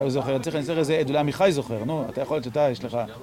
זוכר, צריך איזה עמיחי חי, זוכר, נו, אתה יכול, תודה, יש לך...